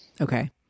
okay